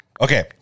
Okay